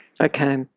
Okay